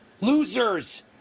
Losers